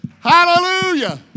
Hallelujah